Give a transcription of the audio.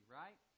right